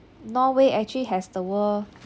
norway actually has the world